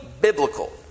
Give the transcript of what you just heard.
biblical